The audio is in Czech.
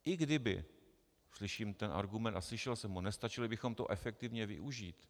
I kdyby slyším ten argument a slyšel jsem ho nestačili bychom to efektivně využít.